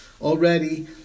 already